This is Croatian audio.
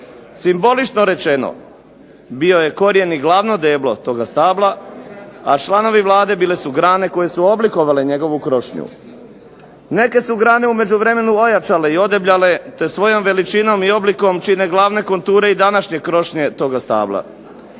Simbolično rečeno, bio je korijen i glavno deblo toga stabla, a članovi Vlade bile su grane koje su oblikovale njegovu krošnju. Neke su grane u međuvremenu ojačale i odebljale, te svojom veličinom i oblikom čine glavne konture i današnje krošnje toga stabla.